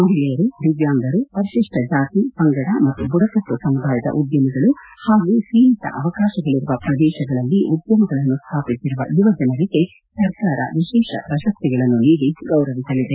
ಮಹಿಳೆಯರು ದಿವ್ಯಾಂಗರು ಪರಿಶಿಷ್ಟ ಜಾತಿ ಪಂಗಡ ಮತ್ತು ಬುಡಕಟ್ಟು ಸಮುದಾಯದ ಉದ್ಯಮಿಗಳು ಹಾಗೂ ಸೀಮಿತ ಅವಕಾಶಗಳಿರುವ ಪ್ರದೇಶಗಳಲ್ಲಿ ಉದ್ಯಮಗಳನ್ನು ಸ್ಥಾಪಿಸಿರುವ ಯುವ ಜನರಿಗೆ ಸರ್ಕಾರ ವಿಶೇಷ ಪ್ರಶಸ್ತಿಗಳನ್ನು ನೀಡಿ ಗೌರವಿಸಲಿದೆ